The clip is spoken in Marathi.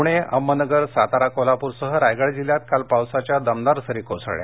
पुणे अहमदनगर सातारा कोल्हापूरसह रायगड जिल्ह्यात काल पावसाच्या दमदार सरी कोसळल्या